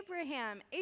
Abraham